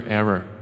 error